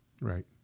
Right